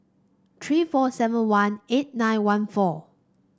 three four seven one eight nine one four